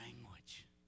language